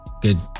good